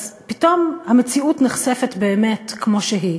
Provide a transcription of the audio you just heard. אז פתאום המציאות נחשפת באמת כמו שהיא.